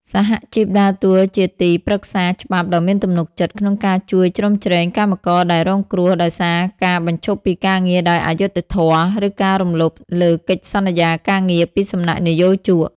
សហជីពដើរតួជាទីប្រឹក្សាច្បាប់ដ៏មានទំនុកចិត្ត ក្នុងការជួយជ្រោមជ្រែងកម្មករដែលរងគ្រោះដោយសារការបញ្ឈប់ពីការងារដោយអយុត្តិធម៌ ឬការរំលោភលើកិច្ចសន្យាការងារពីសំណាក់និយោជក។